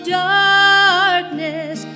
darkness